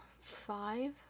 five